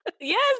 Yes